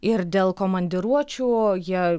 ir dėl komandiruočių jie